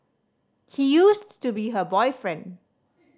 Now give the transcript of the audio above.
he used to be her boyfriend